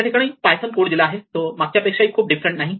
या ठिकाणी Python code दिला आहे तो मागच्या पेक्षा खूप डिफरंट नाही